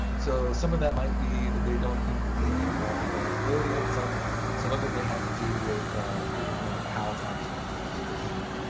so some of that might be they don't think that they have eligibility. and some some of it may have to do with figuring out how to actually get the payment.